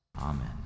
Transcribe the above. Amen